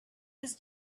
his